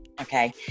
okay